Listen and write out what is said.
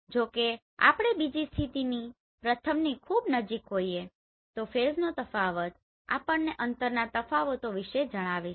જો કે જો આપણે બીજી સ્થિતિથી પ્રથમની ખૂબ નજીક હોઈએ તો ફેઝનો તફાવત આપણને અંતરના તફાવતો વિશે જણાવે છે